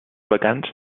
vacants